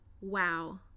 wow